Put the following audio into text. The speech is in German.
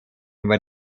immer